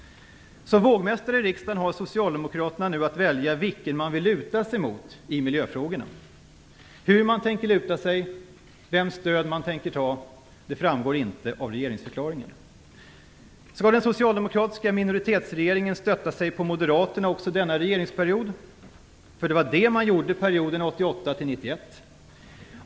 Som vågmästare i riksdagen har Socialdemokraterna att välja vem man vill luta sig mot i miljöfrågorna. Vart man tänker luta sig, vems stöd man tänker ta, framgår inte av regeringsförklaringen. Skall den socialdemokratiska minoritetsregeringen stötta sig mot Moderaterna också denna regeringsperiod? För det var det man gjorde perioden 1988-1991.